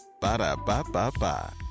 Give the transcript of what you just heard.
Ba-da-ba-ba-ba